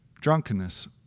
Drunkenness